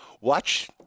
Watch